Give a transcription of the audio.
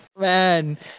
man